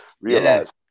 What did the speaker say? realize